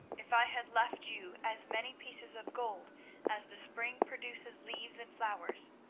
if i had left you as many pieces of gold as the spring produces leaves and flowers,